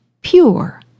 pure